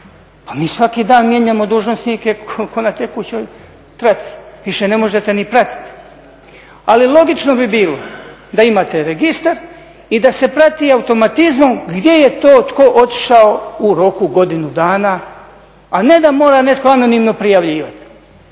mi svaki dan mijenjamo dužnosnike ko na tekućoj traci, više ne možete ni pratiti. Ali logično bi bilo da imate registar i da se prati automatizmom gdje je to tko otišao u roku godinu dana, a ne da mora netko anonimno prijavljivati.